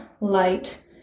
light